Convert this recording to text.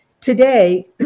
Today